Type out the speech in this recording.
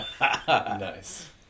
Nice